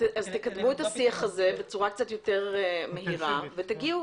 תקיימו את השיח הזה בצורה קצת יותר מהירה ותגיעו